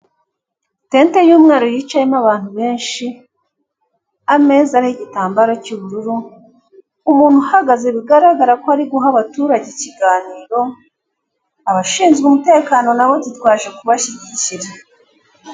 Tente y'umweru yicayemo abantu benshi, ameza ariho igitambaro cy'ubururu, umuntu uhagaze bigaragara ko ari guha abaturage ikiganiro, abashinzwe umutekano nabo ati twaje kubashyigikira.